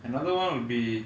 another one would be